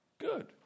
good